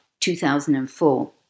2004